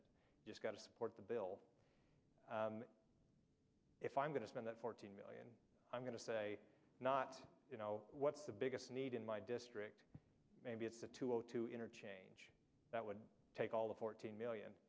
it's got to support the bill if i'm going to spend that fourteen million i'm going to say not you know what the biggest need in my district maybe it's a two o two interchange that would take all the fourteen million